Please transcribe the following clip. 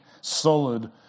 solid